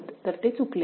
तर ते चुकले आहे